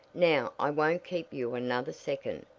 now i won't keep you another second.